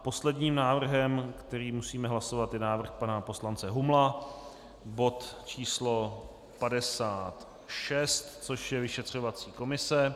Posledním návrhem, který musíme hlasovat, je návrh pana poslance Humla, bod číslo 56, což je vyšetřovací komise.